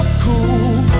cool